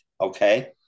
Okay